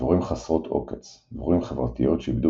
דבורים חסרות-עוקץ – דבורים חברתיות שאיבדו